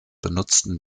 benutzten